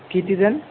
किती जण